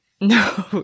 No